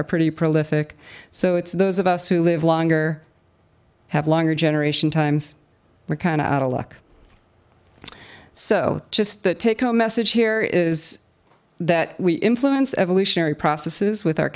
are pretty prolific so it's those of us who live longer have longer generation times we're kind of out of luck so just the take home message here is that we influence evolutionary processes with our